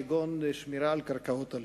כגון שמירה על קרקעות הלאום.